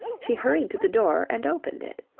she hurried to the door and opened it.